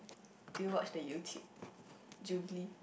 do you watch the YouTube jubilee